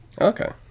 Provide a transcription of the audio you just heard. Okay